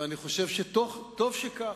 ואני חושב שטוב שכך.